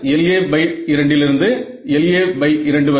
LA2 லிருந்து LA2 வரை